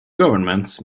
governments